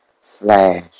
slash